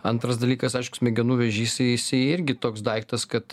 antras dalykas aišku smegenų vėžys jis jirgi toks daiktas kad